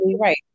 Right